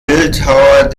bildhauer